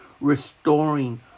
restoring